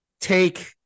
take